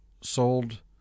sold